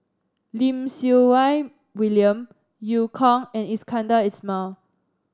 Lim Siew Wai William Eu Kong and Iskandar Ismail